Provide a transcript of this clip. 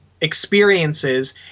experiences